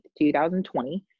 2020